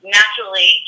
naturally